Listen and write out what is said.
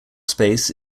space